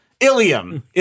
Ilium